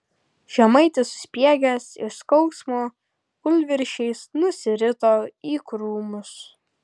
žemaitis suspiegęs iš skausmo kūlvirsčiais nusirito į krūmus